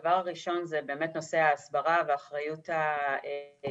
הדבר הראשון זה באמת נושא ההסברה והאחריות האישית,